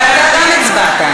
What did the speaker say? אבל אתה גם הצבעת.